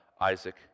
Isaac